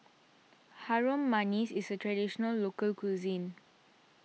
Harum Manis is a Traditional Local Cuisine